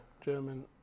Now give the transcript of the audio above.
German